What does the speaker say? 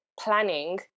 planning